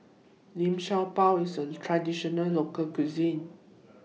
Liu Sha Bao IS A Traditional Local Cuisine